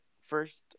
first